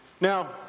Now